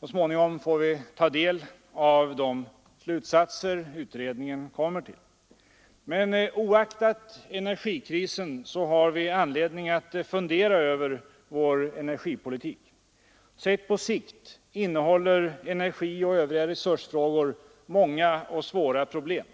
Så småningom får vi ta del av de slutsatser utredningen kommer till. Men oaktat energikrisen har vi anledning att fundera över vår energipolitik. På sikt innehåller energioch övriga resursfrågor många och svåra problem.